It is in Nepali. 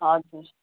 हजुर